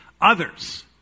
others